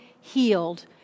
healed